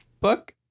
book